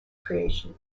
creation